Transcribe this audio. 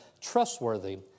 trustworthy